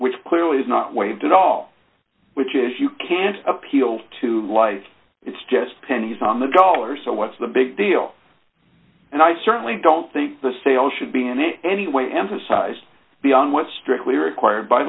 which clearly is not waived at all which is you can't appeal to life it's just pennies on the dollar so what's the big deal and i certainly don't think the sale should be in any way emphasized beyond what's strictly required by